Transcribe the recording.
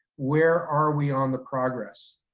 where are we on the progress.